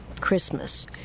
Christmas